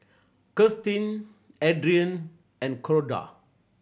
Kirstin Adrian and Corda